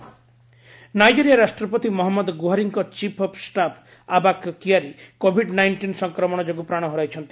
Nigeria staff Nigeria ରାଷ୍ଟ୍ରପତି Muhammad ଗୁହାରୀଙ୍କ chief of staff Abba Kyari Covid nineteen ସଂକ୍ରମଣ ଯୋଗୁଁ ପ୍ରାଣ ହରାଇଛନ୍ତି